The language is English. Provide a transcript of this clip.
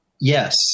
yes